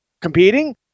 Competing